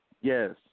Yes